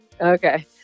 Okay